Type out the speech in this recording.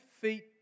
feet